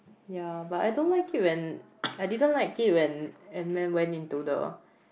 ya but I don't like it when I didn't like it when Ant-man went into the